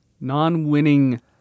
non-winning